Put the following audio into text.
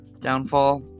downfall